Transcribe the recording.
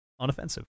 unoffensive